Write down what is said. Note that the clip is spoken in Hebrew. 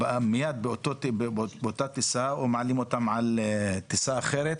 מייד באותה טיסה או שמעלים אותם על טיסה אחרת,